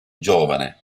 giovane